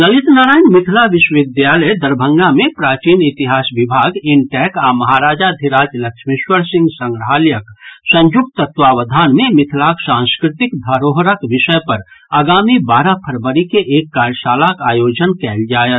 ललित नारायण मिथिला विश्वविद्यालय दरभंगा मे प्राचीन इतिहास विभाग इन्टैक आ महाराजाधिराज लक्ष्मीश्वर सिंह संग्रहालयक संयुक्त तत्वावधान मे मिथिलाक सांस्कृतिक धरोहरक विषय पर आगामी बारह फरवरी के एक कार्यशालाक आयोजन कयल जायत